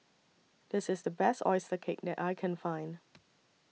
This IS The Best Oyster Cake that I Can Find